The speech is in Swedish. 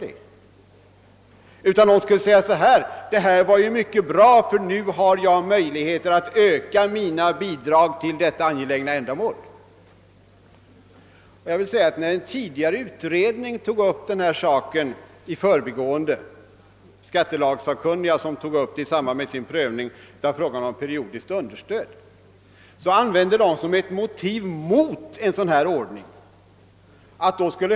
De skulle i stället säga att det är mycket bra, eftersom de då får möjlighet att öka sina bidrag till dessa angelägna ändamål. När en tidigare utredning, nämligen skattelagssakkunniga, i förbigående tog upp denna fråga i samband med sin prövning av spörsmålet om periodiskt understöd anförde den som ett motiv mot ett system med avdragsrätt at!